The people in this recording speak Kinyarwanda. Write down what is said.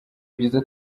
byiza